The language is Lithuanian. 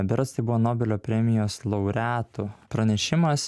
berods tai buvo nobelio premijos laureatų pranešimas